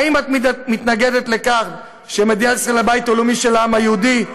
האם את מתנגדת לכך שמדינת ישראל הבית הלאומי של העם היהודי?